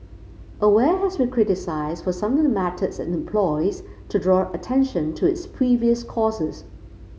aware has been criticised for some of the methods it employs to draw attention to its previous causes